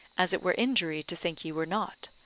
as it were injury to think ye were not,